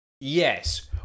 Yes